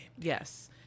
Yes